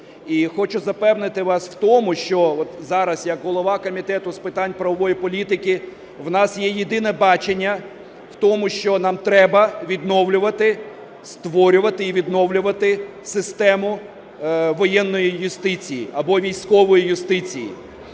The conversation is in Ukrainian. хочу запевнити вас в тому, що зараз, як голова Комітету з питань правової політики, в нас є єдине бачення в тому, що нам треба відновлювати, створювати і відновлювати систему воєнної юстиції або військової юстиції.